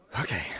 Okay